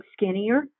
skinnier